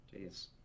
jeez